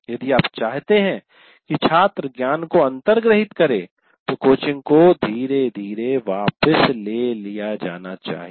यदि आप चाहते हैं कि छात्र ज्ञान को अंतर्ग्राहित करे तो कोचिंग को धीरे धीरे वापस ले लिया जाना चाहिए